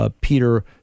Peter